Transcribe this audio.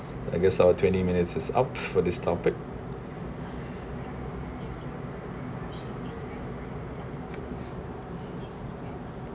I guess our twenty minutes is up for this topic